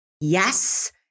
yes